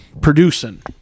producing